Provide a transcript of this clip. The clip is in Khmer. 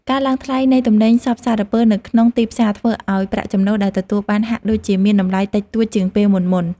ការឡើងថ្លៃនៃទំនិញសព្វសារពើនៅក្នុងទីផ្សារធ្វើឱ្យប្រាក់ចំណូលដែលទទួលបានហាក់ដូចជាមានតម្លៃតិចតួចជាងពេលមុនៗ។